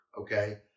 Okay